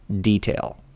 detail